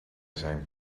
zijn